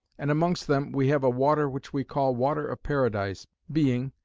and amongst them we have a water which we call water of paradise, being,